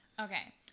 okay